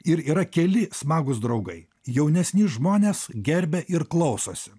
ir yra keli smagūs draugai jaunesni žmonės gerbia ir klausosi